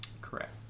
Correct